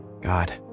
God